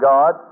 God